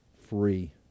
free